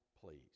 please